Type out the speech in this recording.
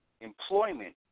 employment